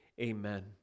amen